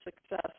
success